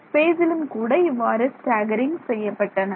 ஸ்பேசிலும் கூட இவ்வாறு ஸ்டாக்கரிங் செய்யப்பட்டன